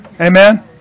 Amen